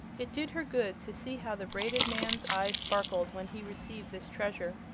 it did her good to see how the braided man's eyes sparkled when he received this treasure.